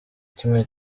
kimwe